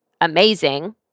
amazing